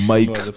Mike